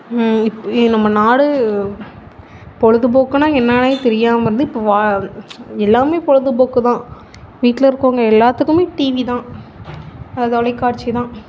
இப் நம்ம நாடு பொழுதுபோக்குனா என்னென்னே தெரியாமல் இருந்தது இப்போ வா எல்லாமே பொழுதுபோக்கு தான் வீட்டில் இருக்கவங்க எல்லாத்துக்குமே டிவி தான் தொலைக்காட்சி தான்